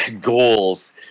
goals